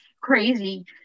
crazy